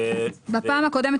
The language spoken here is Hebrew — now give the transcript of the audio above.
בפעם הקודמת,